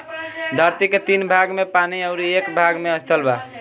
धरती के तीन भाग में पानी अउरी एक भाग में स्थल बा